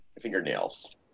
fingernails